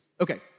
Okay